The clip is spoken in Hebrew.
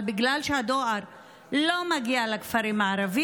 אבל בגלל שהדואר לא מגיע לכפרים הערביים